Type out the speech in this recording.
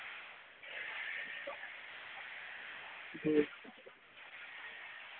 जी